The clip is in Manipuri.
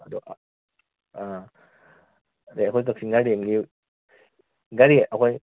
ꯑꯗꯣ ꯑꯥ ꯑꯗꯣ ꯑꯩꯈꯣꯏ ꯀꯛꯆꯤꯡ ꯒꯥꯔꯗꯦꯟꯒꯤ ꯒꯥꯔꯤ ꯑꯩꯈꯣꯏ